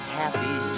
happy